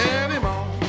anymore